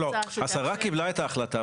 השרה קיבלה את ההחלטה.